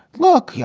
look, yeah